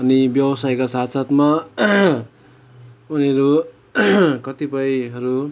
अनि व्यवसायको साथ साथमा उनीहरू कतिपयहरू